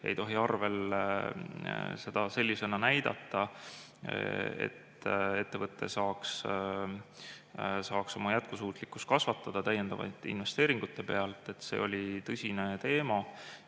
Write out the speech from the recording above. ei tohi arvel seda sellisena näidata, et ettevõte saaks oma jätkusuutlikkust kasvatada täiendavate investeeringute pealt. See oli tõsine teema